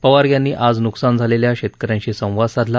पवार यांनी आज नुकसान झालेल्या शेतक यांशी संवाद साधला